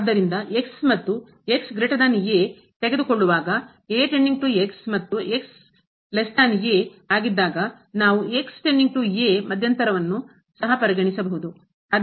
ಆದ್ದರಿಂದ ಮತ್ತು ತೆಗೆದುಕೊಳ್ಳುವಾಗ ಮತ್ತು ಆಗಿದ್ದಾಗ ನಾವು ಮಧ್ಯಂತರವನ್ನು ಸಹ ಪರಿಗಣಿಸಬಹುದು